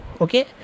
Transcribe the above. Okay